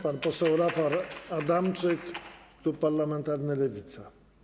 Pan poseł Rafał Adamczyk, klub parlamentarny Lewica.